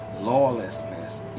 lawlessness